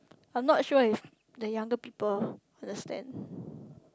I'm not sure if the younger people understand